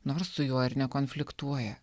nors su juo ir nekonfliktuoja